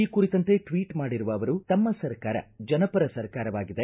ಈ ಕುರಿತಂತೆ ಟ್ವೀಟ್ ಮಾಡಿರುವ ಅವರು ತಮ್ಮ ಸರ್ಕಾರ ಜನಪರ ಸರ್ಕಾರವಾಗಿದೆ